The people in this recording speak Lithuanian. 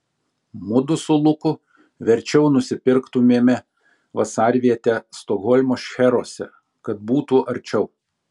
mudu su luku verčiau nusipirktumėme vasarvietę stokholmo šcheruose kad būtų arčiau